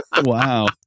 Wow